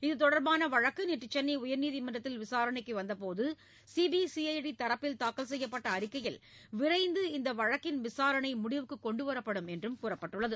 இது தொடர்பான வழக்கு நேற்று சென்னை உயர்நீதிமன்றத்தில் விசாரணைக்கு வந்தபோது சிபிசிஐடி தரப்பில் தாக்கல் செய்யப்பட்ட அறிக்கையில் விரைந்து இந்த வழக்கின் விசாரணை முடிவுக்கு கொண்டுவரப்படும் என்று தெரிவிக்கப்பட்டுள்ளது